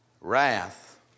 wrath